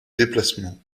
déplacement